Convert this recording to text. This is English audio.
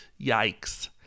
Yikes